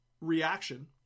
reaction